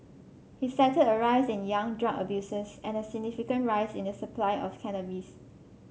he cited a rise in young drug abusers and a significant rise in the supply of cannabis